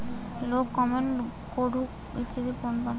loan payment কুরঢ হতিছে প্রতি মাসে